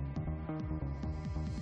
אלא מה התדירות שלהן,